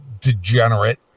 degenerate